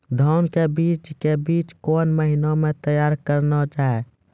धान के बीज के बीच कौन महीना मैं तैयार करना जाए?